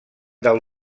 del